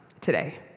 today